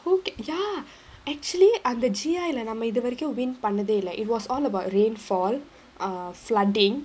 who okay ya actually அந்த:andha G I lah நம்ம இது வரைக்கு:namma ithu varaikku wind பண்ணதே இல்ல:pannathae illa like it was all about rainfall uh flooding